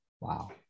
Wow